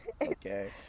okay